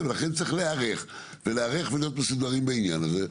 ולכן צריך להיערך ולהיות מסודרים בעניין הזה,